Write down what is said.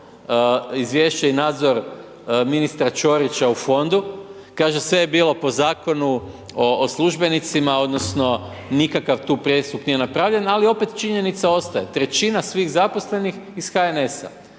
izvješće i nadzor ministra Ćorića u fondu. Kaže sve je bilo po Zakonu o službenicima, odnosno nikakav tu prestup nije napravljen ali opet činjenica ostaje, trećina svih zaposlenih iz HNS-a.